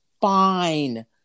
fine